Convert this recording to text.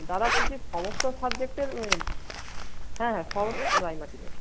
দাদা বলছি সমস্ত সাবজেক্টের হ্যাঁ হ্যাঁ সমস্ত রায় মার্টিনের